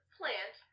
plant